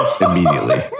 immediately